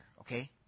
okay